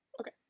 Okay